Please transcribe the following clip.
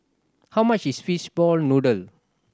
how much is fish ball noodle